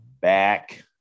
back